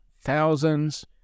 thousands